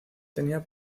tenía